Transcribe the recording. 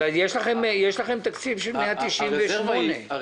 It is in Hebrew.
אבל יש לכם תקציב של 198 מיליון שקל.